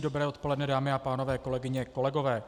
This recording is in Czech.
Dobré odpoledne, dámy a pánové, kolegyně, kolegové.